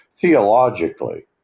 theologically